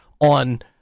on